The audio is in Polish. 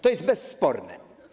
To jest bezsporne.